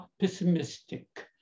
pessimistic